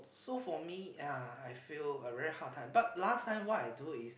so for me yeah I feel a very hard time but last time what I do is